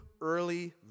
early